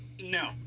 No